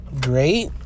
great